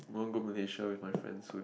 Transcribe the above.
won't go Malaysia with my friends soon